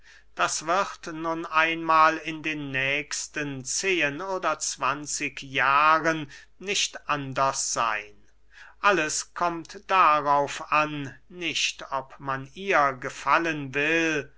das wird nun einmahl in den nächsten zehen oder zwanzig jahren nicht anders seyn alles kommt darauf an nicht ob man ihr gefallen will